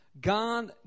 God